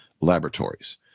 Laboratories